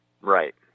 Right